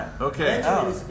Okay